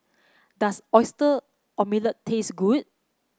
does Oyster Omelette taste good